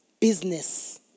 business